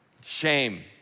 Shame